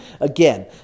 again